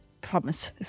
promises